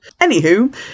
Anywho